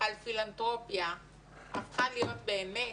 על פילנתרופיה הפכה להיות באמת